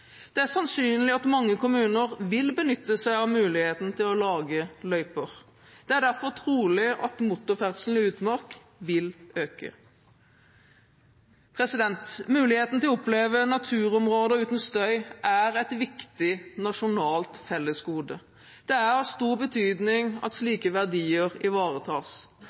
Det er sannsynlig at mange kommuner vil benytte seg av muligheten til å lage løyper. Det er derfor trolig at motorferdselen i utmark vil øke. Muligheten til å oppleve naturområder uten støy er et viktig nasjonalt fellesgode. Det er av stor betydning at slike verdier ivaretas.